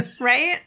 right